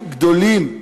האתגרים יהיו גדולים,